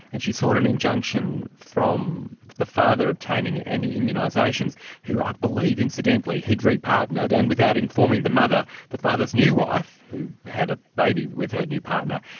and she sought an injunction from the father obtaining any immunisations who i believe, incidentally, he'd re-partnered and without informing the mother, the father's new wife, who had a baby with her new partner,